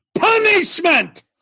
punishment